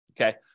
okay